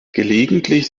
gelegentlich